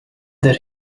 that